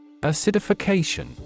Acidification